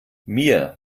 mir